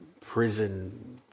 prison